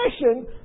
mission